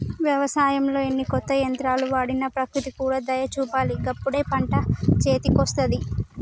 వ్యవసాయంలో ఎన్ని కొత్త యంత్రాలు వాడినా ప్రకృతి కూడా దయ చూపాలి గప్పుడే పంట చేతికొస్తది